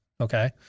okay